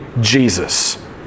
Jesus